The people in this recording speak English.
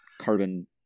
carbon